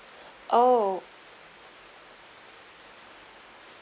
oh